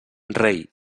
rei